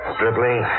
dribbling